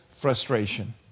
frustration